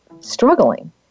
struggling